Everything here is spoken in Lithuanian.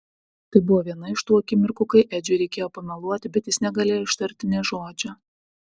tai buvo viena iš tų akimirkų kai edžiui reikėjo pameluoti bet jis negalėjo ištarti nė žodžio